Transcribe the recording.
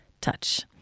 touch